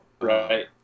Right